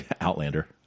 Outlander